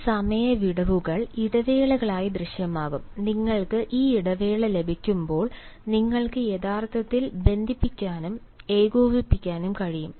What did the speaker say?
ഈ സമയ വിടവുകൾ ഇടവിളകളായി ദൃശ്യമാകും നിങ്ങൾക്ക് ഈ ഇടവേള ലഭിക്കുമ്പോൾ നിങ്ങൾക്ക് യഥാർത്ഥത്തിൽ ബന്ധിപ്പിക്കാനും ഏകോപിപ്പിക്കാനും കഴിയും